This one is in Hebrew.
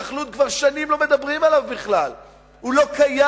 חבר הכנסת לוין, אתה לא ברשות דיבור, עם כל הכבוד.